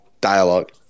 dialogue